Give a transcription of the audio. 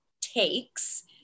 takes